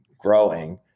growing